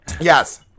Yes